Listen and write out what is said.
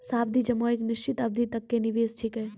सावधि जमा एक निश्चित अवधि तक के निवेश छिकै